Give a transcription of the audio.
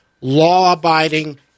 law-abiding